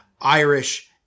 Irish